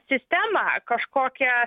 sistema kažkokia